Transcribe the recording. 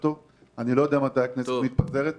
אני לא יודע מתי הכנסת מתפזרת,